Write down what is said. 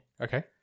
Okay